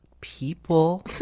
people